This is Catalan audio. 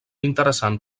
interessant